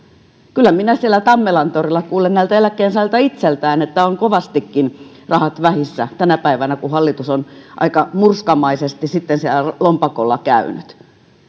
kyllä minä siellä tammelantorilla kuulen eläkkeensaajilta itseltään että on kovastikin rahat vähissä tänä päivänä kun hallitus on aika murskamaisesti siellä lompakolla käynyt